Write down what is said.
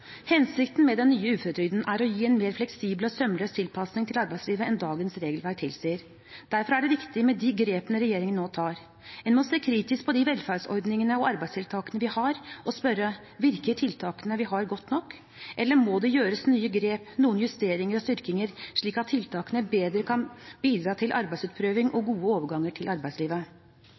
Hensikten med den nye uføretrygden er å gi en mer fleksibel og sømløs tilpasning til arbeidslivet enn dagens regelverk tilsier. Derfor er det viktig med de grepene regjeringen nå tar. En må se kritisk på de velferdsordningene og arbeidstiltakene vi har, og spørre: Virker tiltakene vi har, godt nok? Eller må det gjøres nye grep, noen justeringer og styrkinger, slik at tiltakene bedre kan bidra til arbeidsutprøving og gode overganger til arbeidslivet?